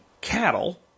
cattle